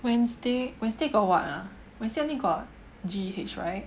Wednesday Wednesday got [what] ah Wednesday only got G_H right